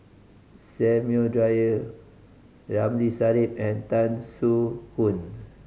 Samuel Dyer Ramli Sarip and Tan Soo Khoon